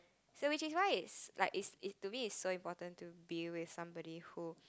so which is why is like is is to me so important to be with somebody who